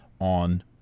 on